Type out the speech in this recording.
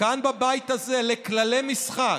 כאן בבית הזה היא לכללי משחק.